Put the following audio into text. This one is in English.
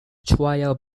trial